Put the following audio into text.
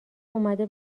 اومده